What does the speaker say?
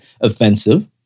offensive